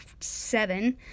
seven